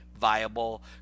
viable